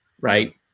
right